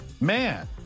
Man